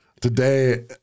Today